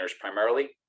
primarily